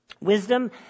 Wisdom